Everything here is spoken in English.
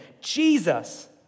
Jesus